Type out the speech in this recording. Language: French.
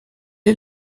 est